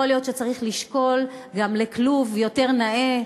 יכול להיות שצריך לשקול גם כלוב יותר נאה,